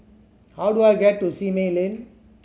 how do I get to Simei Lane